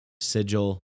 sigil